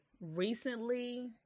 recently